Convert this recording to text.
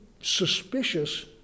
suspicious